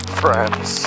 friends